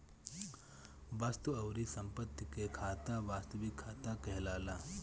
वस्तु अउरी संपत्ति के खाता वास्तविक खाता कहलाला